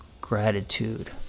gratitude